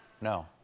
No